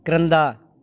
క్రింద